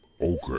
Okay